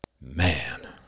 Man